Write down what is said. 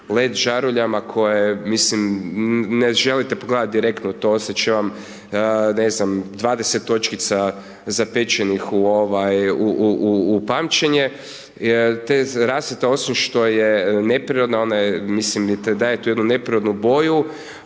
LED žaruljama koje, mislim, ne želite pogledati direktno u to, ostat će vam, 20 točkica zapečenih u pamćenje jer ta rasvjeta osim što je neprirodna, mislim i daje tu neprirodnu boju,